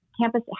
campus